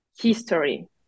history